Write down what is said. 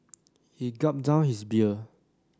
he gulped down his beer